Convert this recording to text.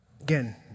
Again